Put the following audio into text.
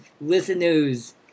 listeners